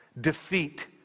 defeat